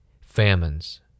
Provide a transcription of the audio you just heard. famines